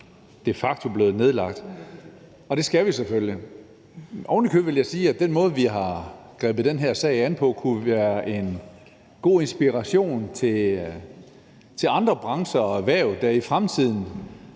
de facto er blevet nedlagt. Det skal vi selvfølgelig, og ovenikøbet vil jeg sige, at den måde, vi har grebet den her sag an på, kunne være en god inspiration til andre brancher og erhverv, der i fremtiden